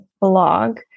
blog